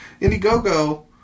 Indiegogo